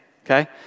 Okay